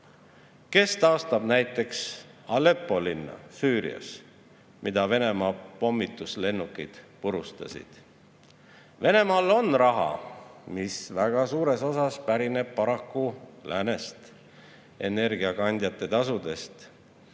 Kes taastab näiteks Aleppo linna Süürias, mille Venemaa pommituslennukid purustasid? Venemaal on raha, mis väga suures osas pärineb paraku läänest energiakandjate tasudest,